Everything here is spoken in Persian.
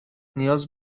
نیاز